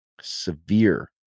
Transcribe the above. severe